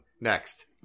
Next